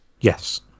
yes